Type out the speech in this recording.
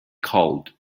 called